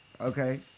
Okay